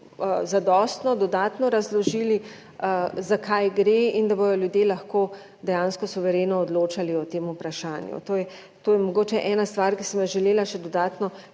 zadostno dodatno razložili za kaj gre in da bodo ljudje lahko dejansko suvereno odločali o tem vprašanju je, to je mogoče ena stvar, ki sem jo želela še dodatno